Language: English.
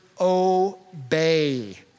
obey